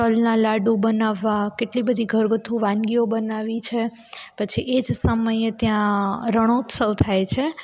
તલના લાડુ બનાવવા કેટલી બધી ઘરગથ્થું વાનગીઓ બનાવી છે પછી એ જ સમયે ત્યાં રણોત્સવ થાય છે